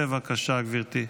בבקשה, גברתי.